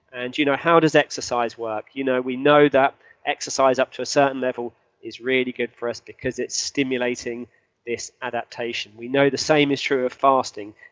and you know, how does exercise work? you know we know exercise up to a certain level is really good for us because it's stimulating this adaptation. we know the same is true of fasting.